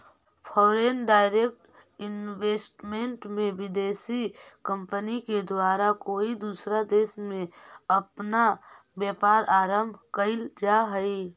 foreign direct investment में विदेशी company के द्वारा कोई दूसरा देश में अपना व्यापार आरंभ कईल जा हई